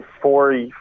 four